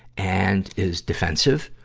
and is defensive,